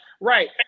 right